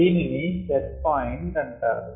దీనిని set point అంటారు